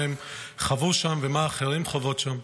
מה הן חוו שם ומה האחרות חוות שם,